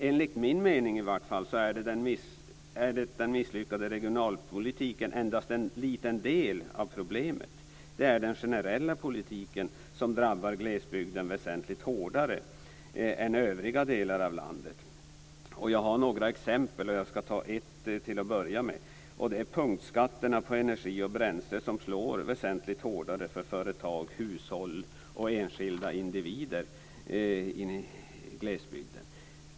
Enligt min mening är den misslyckade regionalpolitiken endast en liten del av problemet. Det är den generella politiken som drabbar glesbygden väsentligt hårdare än övriga delar av landet. Jag har några exempel. Jag ska ta upp ett till att börja med. Det gäller punktskatterna på energi och bränsle, som slår väsentligt hårdare för företag, hushåll och enskilda individer i glesbygden.